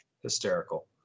hysterical